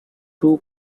two